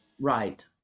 Right